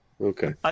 Okay